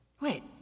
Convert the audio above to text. Wait